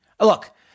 Look